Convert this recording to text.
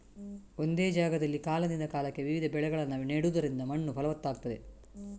ಒಂದೇ ಜಾಗದಲ್ಲಿ ಕಾಲದಿಂದ ಕಾಲಕ್ಕೆ ವಿವಿಧ ಬೆಳೆಗಳನ್ನ ನೆಡುದರಿಂದ ಮಣ್ಣು ಫಲವತ್ತಾಗ್ತದೆ